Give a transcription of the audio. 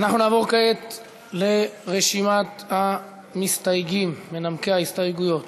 נעבור כעת לרשימת המסתייגים, מנמקי ההסתייגויות.